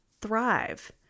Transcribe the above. thrive